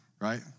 right